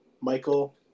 Michael